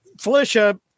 Felicia